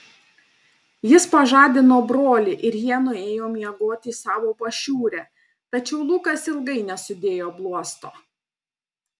jis pažadino brolį ir jie nuėjo miegoti į savo pašiūrę tačiau lukas ilgai nesudėjo bluosto